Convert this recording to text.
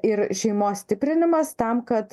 ir šeimos stiprinimas tam kad